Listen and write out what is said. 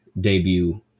debut